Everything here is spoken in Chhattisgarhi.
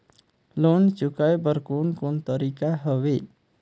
लोन चुकाए बर कोन कोन तरीका हवे?